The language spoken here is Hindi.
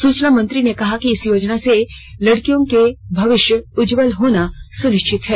सुचना मंत्री ने कहा कि इस योजना से लड़कियों का भविष्य उज्ज्वल होना सुनिश्चित है